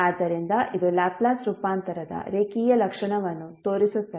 ಆದ್ದರಿಂದ ಇದು ಲ್ಯಾಪ್ಲೇಸ್ ರೂಪಾಂತರದ ರೇಖೀಯ ಲಕ್ಷಣವನ್ನು ತೋರಿಸುತ್ತದೆ